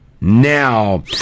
Now